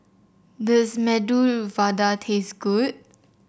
does Medu Vada taste good